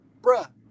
bruh